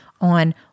on